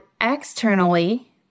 externally